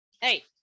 Hey